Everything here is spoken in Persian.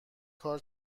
کارا